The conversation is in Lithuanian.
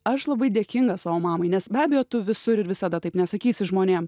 aš labai dėkinga savo mamai nes be abejo tu visur ir visada taip nesakysi žmonėms